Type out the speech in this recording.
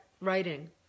writing